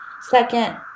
Second